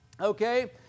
okay